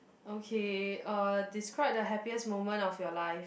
okay uh describe the happiest moment of your life